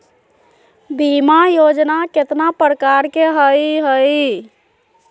बीमा योजना केतना प्रकार के हई हई?